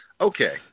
Okay